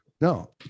No